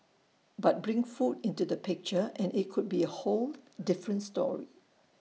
but bring food into the picture and IT could be A whole different story